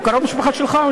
הוא קרוב משפחה שלך?